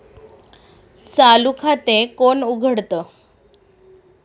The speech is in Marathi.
चालू खाते कोण उघडतं?